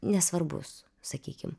nesvarbus sakykim